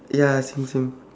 ya same same